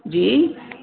जी